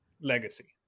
legacy